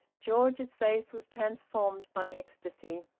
george's face was transformed by ecstasy.